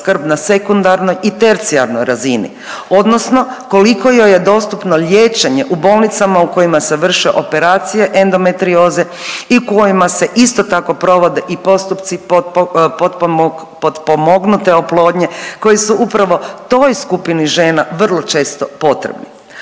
na sekundarnoj i tercijarnoj razini, odnosno koliko joj je dostupno liječenje u bolnicama u kojima se vrše operacije endometrioze i kojima se isto tako provode i postupci potpomognute oplodnje koji su upravo toj skupini žena vrlo često potrebni.